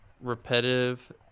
repetitive